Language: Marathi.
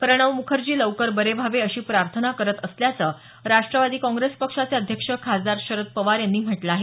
प्रणव मुखर्जी लवकर बरे व्हावे अशी प्रार्थना करत असल्याचं राष्टवादी काँग्रेस पक्षाचे अध्यक्ष खासदार शरद पवार यांनी म्हटलं आहे